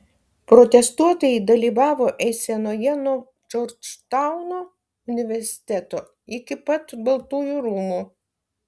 protestuotojai dalyvavo eisenoje nuo džordžtauno universiteto iki pat baltųjų rūmų